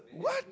what